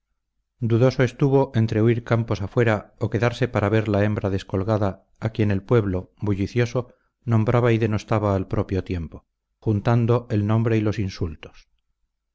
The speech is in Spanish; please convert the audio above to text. dudoso estuvo entre huir campos afuera o quedarse para ver la hembra descolgada a quien el pueblo bullicioso nombraba y denostaba al propio tiempo juntando el nombre y los insultos